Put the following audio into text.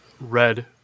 red